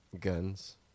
Guns